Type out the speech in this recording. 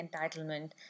entitlement